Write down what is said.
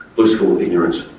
blissful ignorance.